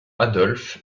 adolphe